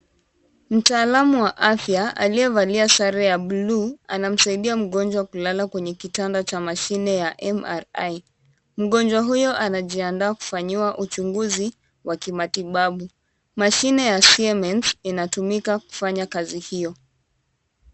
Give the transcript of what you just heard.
Mtaalamu wa afya aliyevalia sare ya bluu anamsaidia mgonjwa kulala kwenye kitanda cha mashine ya MRI. Mgonjwa huyo anajiandaa kufanyiwa uchunguzi wa kimatibabu. Mashine ya Siemens inatumika kufanya kazi hiyo.